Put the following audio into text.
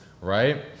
right